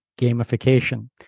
gamification